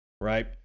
right